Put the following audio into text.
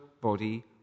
body